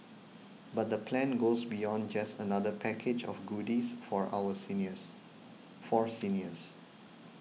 but the plan goes beyond just another package of goodies for our seniors for seniors